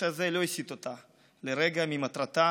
הקושי הזה לא הסיט אותה לרגע ממטרתה,